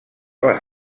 les